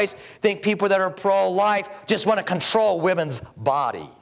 based think people that are pro life just want to control women's body